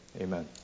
Amen